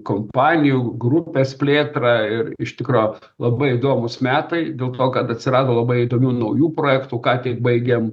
kompanijų grupės plėtrą ir iš tikro labai įdomūs metai dėl to kad atsirado labai įdomių naujų projektų ką tik baigėm